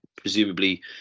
presumably